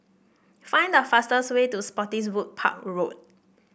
find the fastest way to Spottiswoode Park Road